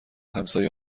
همسایه